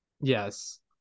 Yes